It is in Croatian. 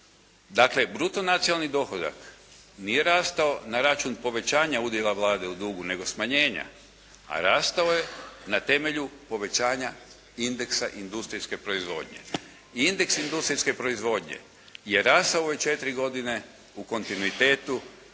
Dakle, bruto nacionalni dohodak nije rastao na račun povećanja udjela Vlade u dugu nego smanjenja, a rastao je na temelju povećanja indeksa industrijske proizvodnje i indeks industrijske proizvodnje je rastao u ove četiri godine u kontinuitetu